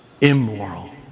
immoral